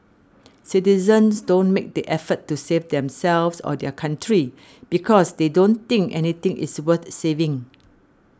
citizens don't make the effort to save themselves or their country because they don't think anything is worth saving